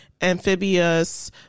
amphibious